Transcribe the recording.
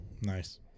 Nice